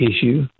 issue